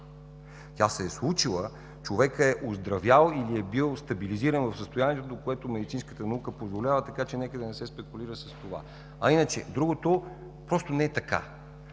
тя се е случила, човекът е оздравял или е бил стабилизиран в състоянието, до което медицинската наука позволява, така че нека да не се спекулира с това. Иначе другото – просто не е така.